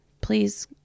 please